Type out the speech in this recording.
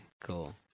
cool